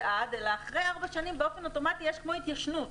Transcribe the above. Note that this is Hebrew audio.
אחרי ארבע שנים באופן אוטומטי יש כמו התיישנות.